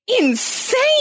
insane